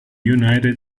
united